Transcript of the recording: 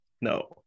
no